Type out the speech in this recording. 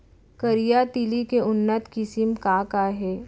करिया तिलि के उन्नत किसिम का का हे?